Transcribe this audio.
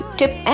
tip